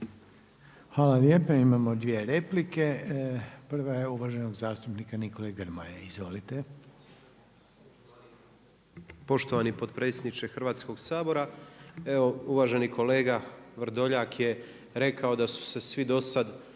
Hvala lijepa. Imamo dvije replike. Prva je uvaženog zastupnika Nikole Gromoje. **Grmoja, Nikola (MOST)** Poštovani potpredsjedniče Hrvatskoga sabora. Evo uvaženi kolega Vrdoljak je rekao da su se svi do sada